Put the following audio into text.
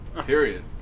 Period